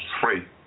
free